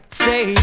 say